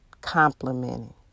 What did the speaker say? complimenting